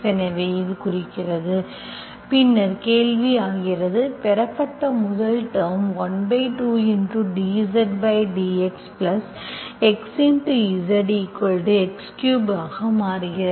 எனவே இது குறிக்கிறது பின்னர் கேள்வி ஆகிறது பெறப்பட்ட முதல் டேர்ம் 12dZdx x Zx3 ஆக மாறுகிறது